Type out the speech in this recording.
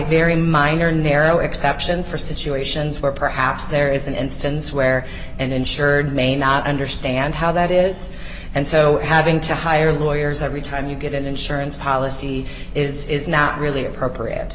very minor narrow exception for situations where perhaps there is an instance where an insured may not understand how that is and so having to hire lawyers every time you get an insurance policy is not really appropriate